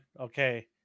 Okay